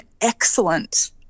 excellent